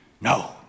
No